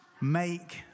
make